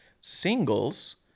Singles